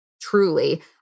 truly